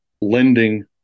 lending